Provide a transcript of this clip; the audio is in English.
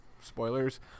Spoilers